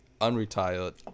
unretired